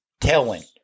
tailwind